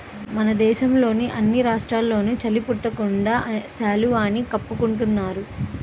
మన దేశంలోని అన్ని రాష్ట్రాల్లోనూ చలి పుట్టకుండా శాలువాని కప్పుకుంటున్నారు